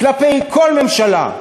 כלפי כל ממשלה,